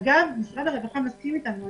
אגב, משרד הרווחה מסכים אתנו.